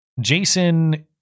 Jason